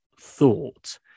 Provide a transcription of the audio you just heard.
thought